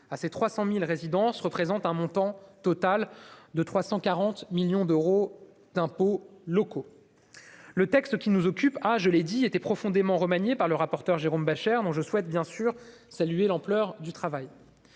liée auxdites résidences représente un montant total de 340 millions d'euros d'impôts locaux. Le texte qui nous occupe a été profondément remanié par M. le rapporteur Jérôme Bascher, dont je souhaite saluer l'ampleur du travail.